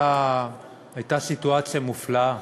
הייתה סיטואציה מופלאה